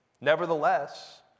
Nevertheless